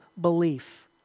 belief